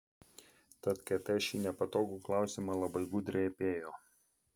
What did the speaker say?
tad kt šį nepatogų klausimą labai gudriai apėjo